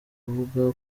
ruvuga